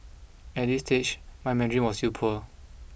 at this stage my Mandarin was still poor